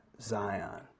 Zion